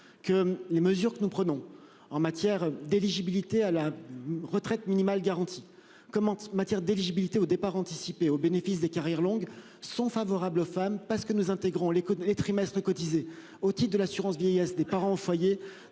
que les mesures que nous prenons en matière d'éligibilité à la retraite minimale garantie comme en matière d'éligibilité au départ anticipé au bénéfice des carrières longues sont favorables aux femmes parce que nous intégrons les codes et trimestres cotisés au type de l'assurance vieillesse des parents au foyer